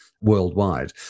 worldwide